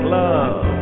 love